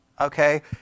Okay